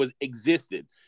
existed